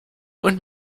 und